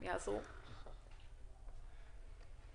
דיברנו פה על העניין של הרחבת כמות הרכבים של יבואנים זעירים,